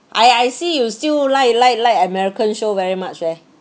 I I see you still like like like american show very much eh